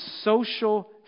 social